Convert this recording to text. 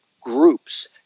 groups